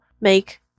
make